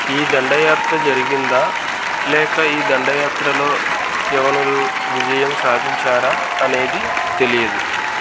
ఈ దండయాత్ర జరిగిందా లేక ఈ దండయాత్రలో యవనులు విజయం సాధించారా అనేది తెలియదు